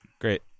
Great